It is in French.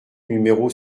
numéro